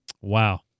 Wow